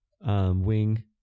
wing